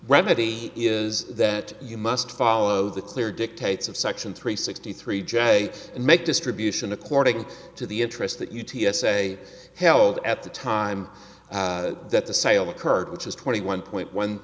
remedy is that you must follow the clear dictates of section three sixty three j and make distribution according to the interest that u t s a held at the time that the sale occurred which is twenty one point one